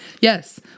Yes